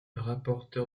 rapporteur